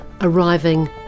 arriving